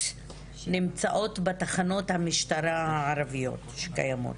נמצאות בתחנות המשטרה הערביות שקיימות,